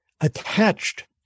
attached